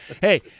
Hey